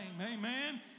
Amen